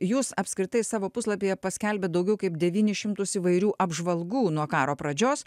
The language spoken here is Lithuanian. jūs apskritai savo puslapyje paskelbėt daugiau kaip devynis šimtus įvairių apžvalgų nuo karo pradžios